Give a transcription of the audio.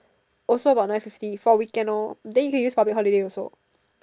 also about nine fifty for weekend loh then you can use public holiday also